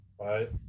right